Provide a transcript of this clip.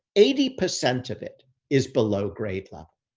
eighty percent of it, is below grade level.